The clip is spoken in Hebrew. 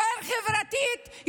יותר חברתית?